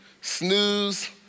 snooze